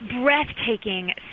breathtaking